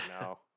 no